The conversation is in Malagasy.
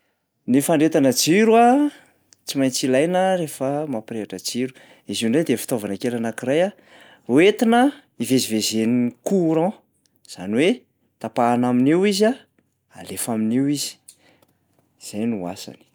Ny fandrehetana jiro a, tsy maintsy ilaina rehefa mampirehatra jiro. Izy io ndray dia fitaovana kely anankiray a hoentina ivezivezivezen'ny courant, zany hoe tapahana amin'io izy a, alefa amin'io izy, zay no asany.